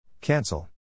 Cancel